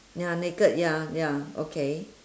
ya naked ya ya okay